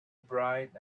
bright